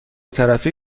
طرفه